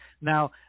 Now